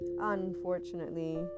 unfortunately